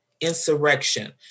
insurrection